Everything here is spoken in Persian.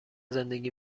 زندگی